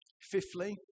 Fifthly